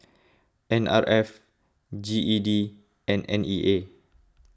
N R F G E D and N E A